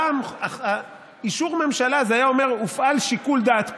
פעם אישור הממשלה היה אומר שהופעל שיקול דעת כלשהו,